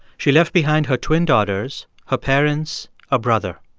she left behind her twin daughters, her parents, a brother.